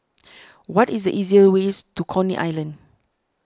what is the easiest way to Coney Island